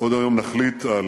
עוד היום נחליט על